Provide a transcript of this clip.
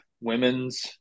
women's